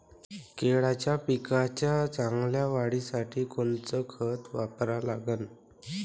केळाच्या पिकाच्या चांगल्या वाढीसाठी कोनचं खत वापरा लागन?